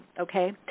okay